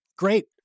Great